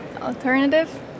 alternative